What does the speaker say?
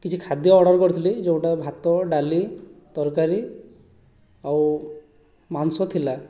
କିଛି ଖାଦ୍ୟ ଅର୍ଡ଼ର କରିଥିଲି ଯେଉଁଟା ଭାତ ଡାଲି ତରକାରୀ ଆଉ ମାଂସ ଥିଲା